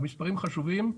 המספרים חשובים,